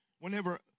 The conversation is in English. Whenever